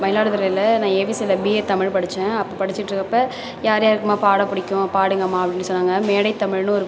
மயிலாடுதுறையில் நான் ஏவிசியில் பிஏ தமிழ் படித்தேன் அப்பா படிச்சுட்டு இருக்கிறப்போ யார் யாருக்குமா பாட பிடிக்கும் பாடுங்கம்மா அப்படினு சொன்னாங்க மேடை தமிழ்னு ஒரு